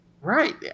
right